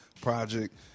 project